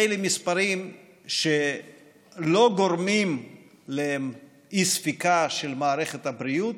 אלה מספרים שלא גורמים לאי-ספיקה של מערכת הבריאות,